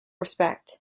respect